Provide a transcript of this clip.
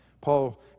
Paul